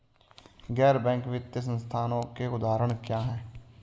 गैर बैंक वित्तीय संस्थानों के उदाहरण क्या हैं?